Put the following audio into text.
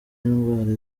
indwara